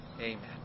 Amen